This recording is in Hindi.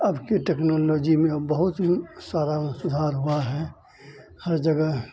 अब की टेक्नोलॉजी में अब बहुत ही सारा सुधार हुआ है हर जगह